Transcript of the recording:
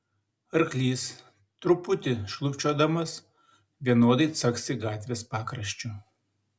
arklys truputį šlubčiodamas vienodai caksi gatvės pakraščiu